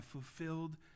fulfilled